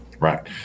right